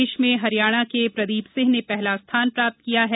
देश में हरियाणा के प्रदीप सिंह ने पहला स्थान प्राप्त किया है